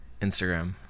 Instagram